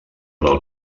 del